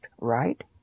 right